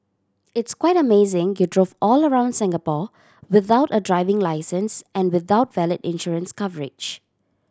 it's quite amazing you drove all around Singapore without a driving licence and without valid insurance coverage